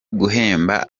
guhemba